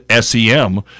SEM